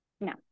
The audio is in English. No